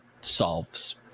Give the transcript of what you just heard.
solves